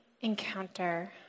encounter